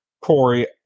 Corey